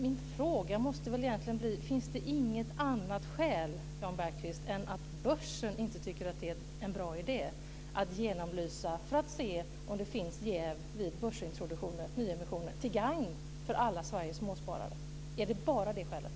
Min fråga måste bli denna: Finns det inget annat skäl, Jan Bergqvist, än att börsen inte tycker att det är en bra idé att genomlysa för att se om det finns jäv vid börsintroduktioner och nyemissioner till gagn för alla Sveriges småsparare? Är det bara det skälet?